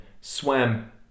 swam